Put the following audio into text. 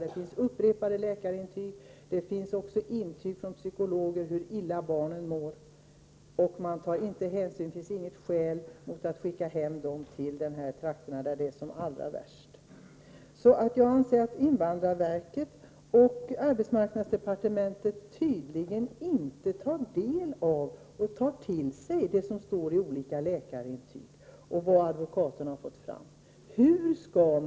Det finns flera läkarintyg och intyg från psykologer, intyg som visar hur illa barnen i dessa familjer mår. Men man tar inte hänsyn till dessa fakta. Det anses inte finnas några skäl för att inte skicka hem dessa människor, dvs. skicka dem till trakter där förhållandena är allra värst. På invandrarverket och arbetsmarknadsdepartementet har man tydligen inte tagit del av de uppgifter som återfinns i olika läkarintyg eller i de handlingar som advokaterna har fått fram. Man tar inte till sig dessa fakta.